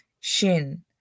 Shin